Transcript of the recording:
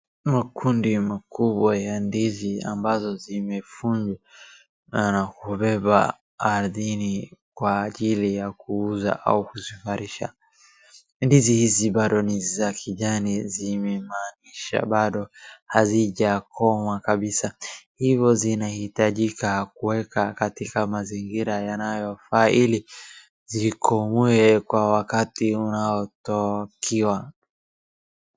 Makundi makubwa ya ndizi ambazo zimefungwa na kubeba ardhini kwa ajili ya kuuza au kuzisarisha. Ndizi hizi bado ni za kijani, zimemaanisha bado hazijakomaa kabisa. Hivyo zinahitajika kuweka katika mazingira yanayofaa ili zikomae kwa wakati unaotakiwa.